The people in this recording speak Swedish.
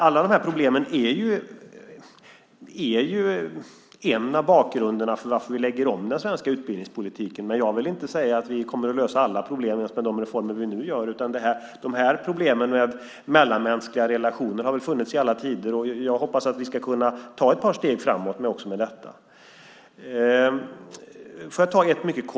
Alla dessa problem är en del av bakgrunden till att vi lägger om den svenska utbildningspolitiken, men jag vill inte säga att vi kommer att lösa alla problem just med de reformer vi nu gör. Problemen med mellanmänskliga relationer har funnits i alla tider. Jag hoppas att vi nu ska kunna ta ett par steg framåt med detta.